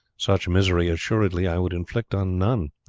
such misery assuredly i would inflict on none.